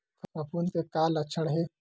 फफूंद के का लक्षण हे?